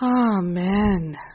Amen